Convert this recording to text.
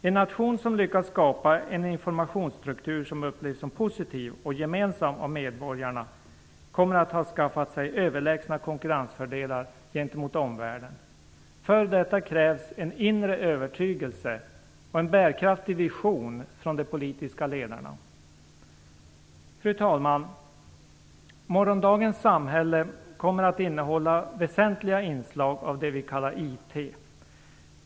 En nation som lyckas skapa en informationsstruktur som upplevs som positiv av medborgarna och gemensam för alla kommer att ha skaffat sig överlägsna konkurrensfördelar gentemot omvärlden. För detta krävs en inre övertygelse och en bärkraftig vision från de politiska ledarna. Fru talman! Morgondagens samhälle kommer att innehålla väsentliga inslag av det som vi kallar IT.